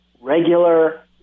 regular